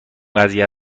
قضیه